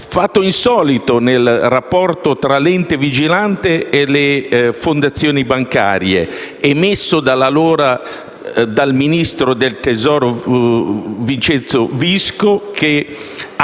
fatto insolito nel rapporto tra l'ente vigilante e le fondazioni bancarie, emesso dall'allora ministro del tesoro Vincenzo Visco, che